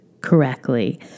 correctly